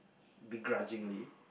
begrudgingly